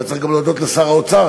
אבל צריך גם להודות לשר האוצר,